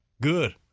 Good